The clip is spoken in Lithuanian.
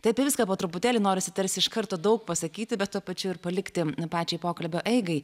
tai apie viską po truputėlį norisi tarsi iš karto daug pasakyti bet tuo pačiu ir palikti pačiai pokalbio eigai